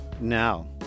now